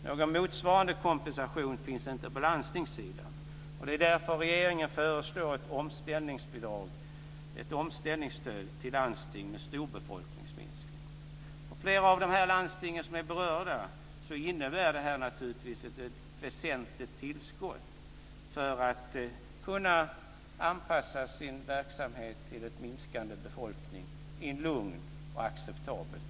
Någon motsvarande kompensation finns inte på landstingssidan. Det är därför som regeringen föreslår ett omställningsbidrag, ett omställningsstöd, till landsting med stor befolkningsminskning. För flera av de landsting som är berörda innebär det naturligtvis ett väsentligt tillskott för att kunna anpassa sin verksamhet till en minskande befolkning i en lugn och acceptabel takt.